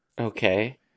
Okay